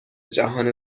جهان